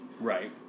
Right